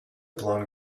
blonde